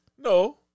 No